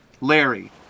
Larry